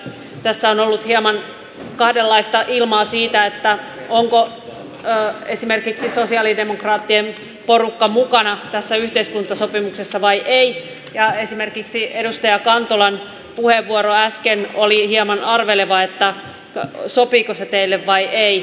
tässä on ollut hieman kahdenlaista ilmaa siitä onko esimerkiksi sosialidemokraattien porukka mukana tässä yhteiskuntasopimuksessa vai ei ja esimerkiksi edustaja kantolan puheenvuoro äsken oli hieman arveleva että sopiiko se teille vai ei